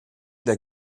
der